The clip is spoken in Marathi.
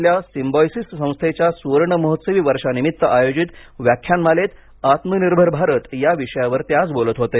पुण्यातल्या सिंबायोसिस संस्थेच्या सुवर्ण महोत्सवी वर्षानिमित्त आयोजित व्याख्यानमालेत आत्मनिर्भर भारत या विषयावर ते आज बोलत होते